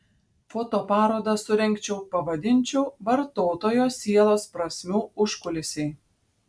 fotoparodą surengčiau pavadinčiau vartotojo sielos prasmių užkulisiai